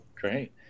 Great